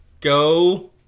Go